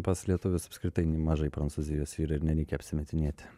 pas lietuvius apskritai mažai prancūzijos yra ir nereikia apsimetinėti